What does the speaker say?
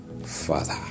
Father